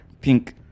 Pink